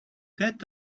that